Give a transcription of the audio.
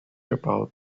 about